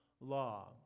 Law